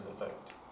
effect